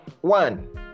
One